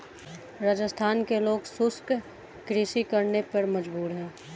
राजस्थान के लोग शुष्क कृषि करने पे मजबूर हैं